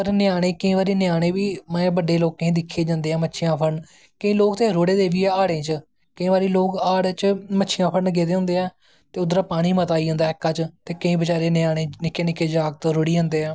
पर ञ्यानें केंई बारी ञ्यानें बी बड्डे लोकें गी दिक्खियै जंदे ऐं मच्छियां फड़न केंई लोग ते रुड़े दे बी ऐं हाड़ैं बिच्च कोेंई बारी लोग हाड़ च मच्छियां फड़न गेदे होंदे ऐं ते उद्धरा दा पानी बड़ा आई जंदा ऐ ऐका च ते केईं बचैरा निक्के निक्के जागत रुढ़ी जंदे ऐं